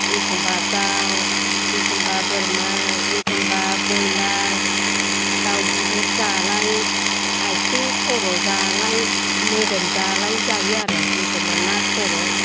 एखमब्ला दाउ एखमब्ला बोरमा एखमब्ला ब्रयलार दाउ बिगुर जालाय आथिं खर' जालाय मोदोम जालाय जायो आरो एखमब्ला ना खर'